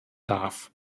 darf